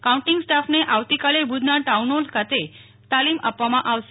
counting સ્ટાફને આવતીકાલે ભુજના ટાઉન હોલ ખાતે તાલીમ આપવામાં આવશે